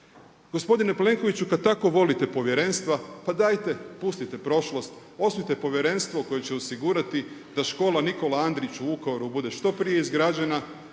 Gospodine Plenkoviću, kad tako volite povjerenstva pa dajte pustite prošlost, osnujte povjerenstvo koje će osigurati da škola Nikola Andrić u Vukovaru bude što prije izgrađena